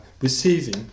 receiving